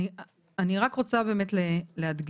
אני רק רוצה באמת להדגיש,